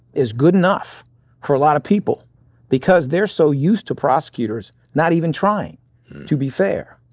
is good enough for a lot of people because they're so used to prosecutors not even trying to be fair.